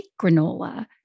granola